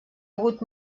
hagut